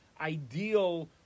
ideal